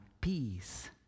peace